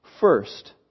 First